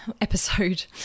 episode